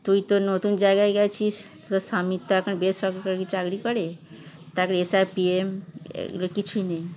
তুই তো নতুন জায়গায় গিয়েছিস তোর স্বামী তো এখন বেসরকারি চাকরি করে তার এস আর পি এম এগুলো কিছুই নেই